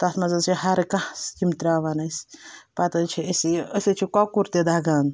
تَتھ منٛز حظ چھِ ہرکانٛہہ یِم ترٛاوان أسۍ پَتہٕ حظ چھِ أسۍ یہِ أسۍ حظ چھِ کۄکُر تہِ دَگان